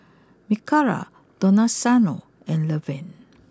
Mikala Donaciano and Levern